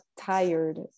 tired